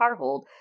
carhold